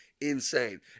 insane